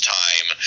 time